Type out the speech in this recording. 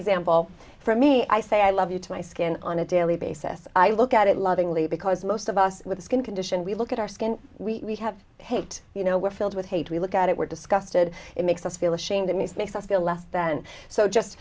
example for me i say i love you to my skin on a daily basis i look at it lovingly because most of us with the skin condition we look at our skin we have hate you know we're filled with hate we look at it were disgusted it makes us feel ashamed of me and makes us feel less than so just